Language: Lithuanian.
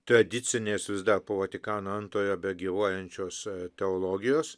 tradicinės vis dar po vatikano antrojo begyvuojančios teologijos